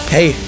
Hey